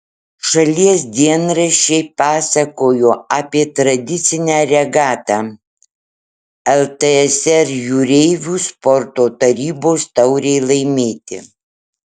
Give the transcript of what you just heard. šalies dienraščiai pasakojo apie tradicinę regatą ltsr jūreivių sporto tarybos taurei laimėti